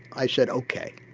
i said ok,